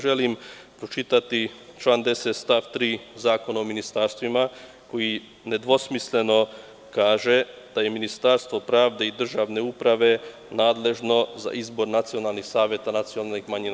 Želim pročitati član 10. stav 3. Zakona o ministarstvima koji nedvosmisleno kaže da je Ministarstvo pravde i državne uprave nadležno za izbor nacionalnih saveta nacionalnih manjina.